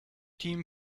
team